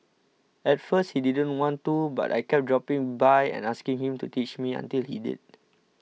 at first he didn't want to but I kept dropping by and asking him to teach me until he did